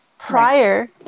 Prior